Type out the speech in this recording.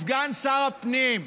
סגן שר הפנים,